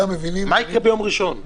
יקרה ביום ראשון?